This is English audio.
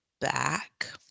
back